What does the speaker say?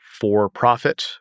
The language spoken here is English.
for-profit